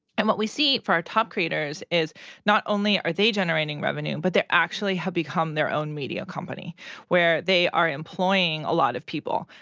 and what we see for our top creators is not only are they generating revenue but they actually have become their own media company where they are employing a lot of people.